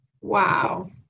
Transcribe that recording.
Wow